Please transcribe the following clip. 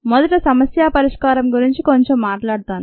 మొదట సమస్య పరిష్కారం గురించి కొంచెం మాట్లాడతాను